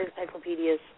encyclopedias